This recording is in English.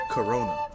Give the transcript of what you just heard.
Corona